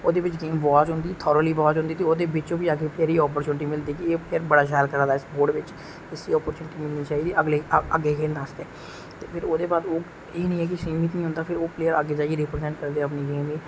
ओहदे च गेम बाज होंदी थारोली बाज होंदी ते ओहेद बिच ओ हबी आखर आपचूरनिटी मिलदी कि आखर बड़ा शैल करा दा एह् स्पोर्ट बिच इसी आपॅचूरनिटी मिलनी चाहिदी अग्गै खेलने आस्तै ते फिह् ओह् पल्येर अग्गै जाइयै रिप्रेजेंट करदा अपनी गेम